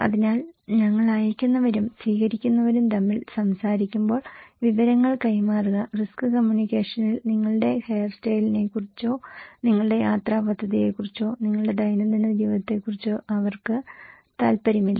അതിനാൽ ഞങ്ങൾ അയയ്ക്കുന്നവരും സ്വീകരിക്കുന്നവരും തമ്മിൽ സംസാരിക്കുമ്പോൾ വിവരങ്ങൾ കൈമാറുക റിസ്ക് കമ്മ്യൂണിക്കേഷനിൽ നിങ്ങളുടെ ഹെയർസ്റ്റൈലിനെക്കുറിച്ചോ നിങ്ങളുടെ യാത്രാ പദ്ധതിയെക്കുറിച്ചോ നിങ്ങളുടെ ദൈനംദിന ജീവിതത്തെക്കുറിച്ചോ അവർക്ക് താൽപ്പര്യമില്ല